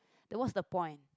that was the point